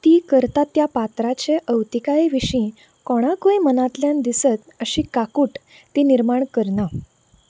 ती करता त्या पात्राचे अवतिकाये विशीं कोणाकूय मनातल्यान दिसत अशी काकूट ती निर्माण करना